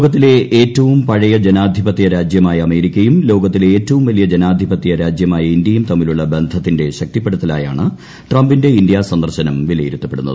ലോകത്തിലെ ഏറ്റവും പഴയ ജനാധിപത്യ രാജ്യമായ അമേരിക്കയും ലോകത്തിലെ ഏറ്റവും വലിയ ജനാധിപത്യ രാജ്യമായ ഇന്ത്യയും തമ്മിലുള്ള ബന്ധത്തിന്റെ ശക്തിപെടുത്തലായാണ് ട്രംപിന്റെ ഇന്ത്യാ സന്ദർശനം വിലയിരുത്തപ്പെടുന്നത്